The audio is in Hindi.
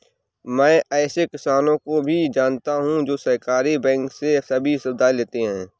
मैं ऐसे किसानो को भी जानता हूँ जो सहकारी बैंक से सभी सुविधाएं लेते है